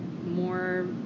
more